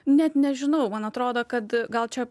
net nežinau man atrodo kad gal čia